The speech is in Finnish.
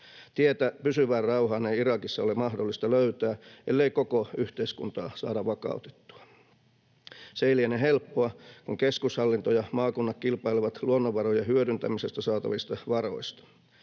Tietä pysyvään rauhaan ei Irakissa ole mahdollista löytää, ellei koko yhteiskuntaa saada vakautettua. Se ei liene helppoa, kun keskushallinto ja maakunnat kilpailevat luonnonvarojen hyödyntämisestä saatavista varoista.